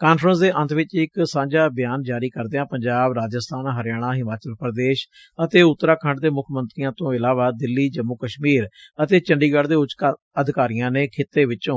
conference ਦੇ ਅੰਤ ਵਿੱਚ ਇਕ ਸਾਂਝਾ ਬਿਆਨ ਜਾਰੀ ਕਰਦਿਆਂ ਪੰਜਾਬ ਰਾਜਸਬਾਨ ਹਰਿਆਣਾ ਹਿਮਾਚਲ ਪੁਦੇਸ਼ ਅਤੇ ਉਤਰਾਖੰਡ ਦੇ ਮੁੱਖ ਮੰਤਰੀਆਂ ਤੋ ਇਲਾਵਾ ਦਿੱਲੀ ਜੰਮੁ ਕਸ਼ਮੀਰ ਅਤੇ ਚੰਡੀਗੜ ਦੇ ਉਚ ਅਧਿਕਾਰੀਆਂ ਨੇ ਖਿੱਤੇ ਵਿੱਚੋ